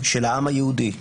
של העם היהודי,